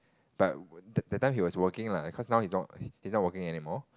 but that that time he was working lah because now he's not he's not working anymore